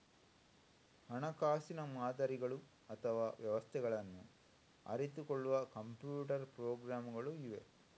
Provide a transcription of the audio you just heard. ಹಣಕಾಸಿನ ಮಾದರಿಗಳು ಅಥವಾ ವ್ಯವಸ್ಥೆಗಳನ್ನ ಅರಿತುಕೊಳ್ಳುವ ಕಂಪ್ಯೂಟರ್ ಪ್ರೋಗ್ರಾಮುಗಳು ಇವೆ